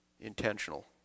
Intentional